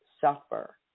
suffer